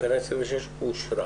תקנה 20 אושרה.